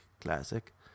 classic